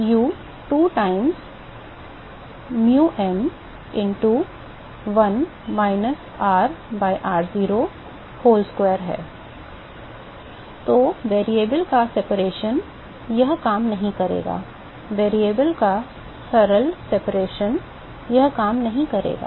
u 2 times um into 1 minus r by r0 the whole square है तो चर का पृथक्करण यह काम नहीं करेगा चर का सरल पृथक्करण यह काम नहीं करेगा